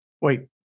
Wait